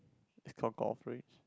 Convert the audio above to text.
it's called golf range